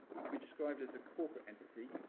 it can be described as a corporate entity.